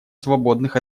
свободных